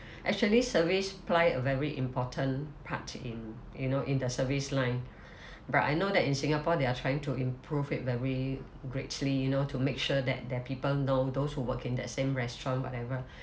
actually service play a very important part in you know in the service line but I know that in singapore they are trying to improve it very greatly you know to make sure that that people know those who work in that same restaurant whatever